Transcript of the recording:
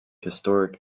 historic